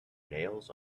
nails